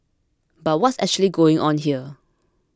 but what's actually going on here